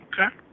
Okay